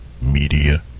Media